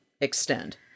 extend